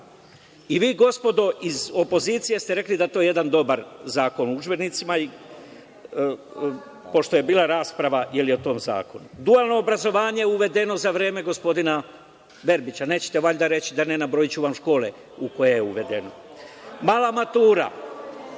i vi gospodi iz opozicije ste rekli da je to jedan dobar Zakon o udžbenicima, pošto je bila raspravo o tom zakonu. Dualno obrazovanje je uvedeno za vreme gospodina Verbića, nećete reći valjda da nije, nabrojaću vam škole u koje je uvedeno. Mala matura,